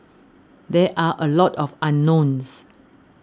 there are a lot of unknowns